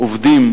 עובדים,